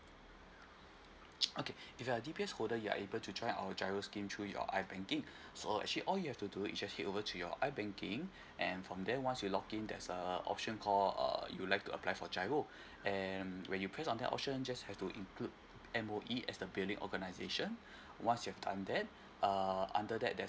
okay if you're a D_P_S holder you're able to join our G_I_R_O scheme through your I_banking so actually all you have to do is just head over to your I_ banking and from there once you log in there's a option call err you like to apply for G_I_R_O and when you press on that option just have to include M_O_E as the billing organisation once you have done that err under that there's